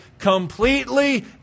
Completely